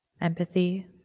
empathy